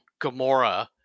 Gamora